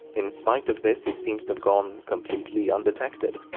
in spite of this, it seems to have gone completely undetected.